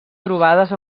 trobades